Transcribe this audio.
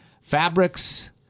Fabrics